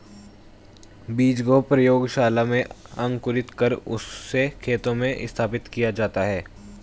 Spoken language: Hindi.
बीज को प्रयोगशाला में अंकुरित कर उससे खेतों में स्थापित किया जाता है